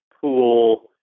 pool